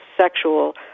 sexual